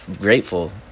grateful